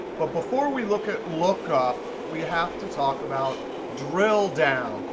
but before we look at lookup, we have to talk about drill down.